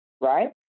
right